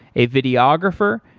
a videographer,